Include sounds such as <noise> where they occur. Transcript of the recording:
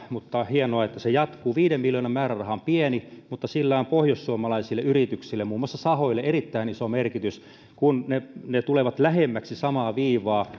mutta hienoa että se jatkuu viiden miljoonan määräraha on pieni mutta sillä on pohjoissuomalaisille yrityksille muun muassa sahoille erittäin iso merkitys kun ne ne tulevat lähemmäksi samaa viivaa <unintelligible>